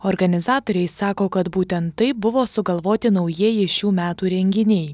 organizatoriai sako kad būtent taip buvo sugalvoti naujieji šių metų renginiai